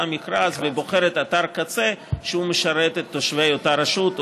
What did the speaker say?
מכרז ובוחרת אתר קצה שמשרת את תושבי אותה רשות,